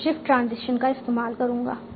मैं shift transition का इस्तेमाल करूंगा